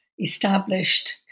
established